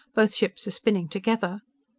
both ships are spinning together!